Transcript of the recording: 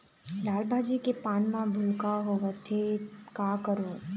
लाल भाजी के पान म भूलका होवथे, का करों?